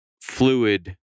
fluid